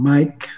Mike